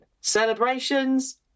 Celebrations